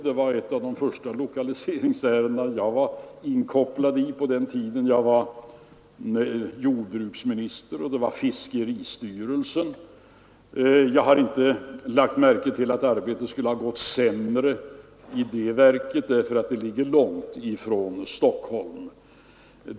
Det var ett av de första utlokaliseringsärenden jag var inkopplad i på den tiden jag var jordbruksminister och det gällde fiskeristyrelsen. Jag har inte lagt märke till att arbetet skulle ha gått sämre i det verket därför att det ligger långt ifrån Stockholm.